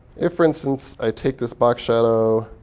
if, for instance, i take this box show,